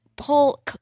Whole